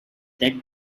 that